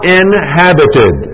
inhabited